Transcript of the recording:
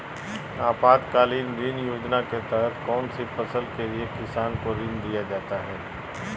आपातकालीन ऋण योजना के तहत कौन सी फसल के लिए किसान को ऋण दीया जाता है?